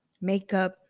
makeup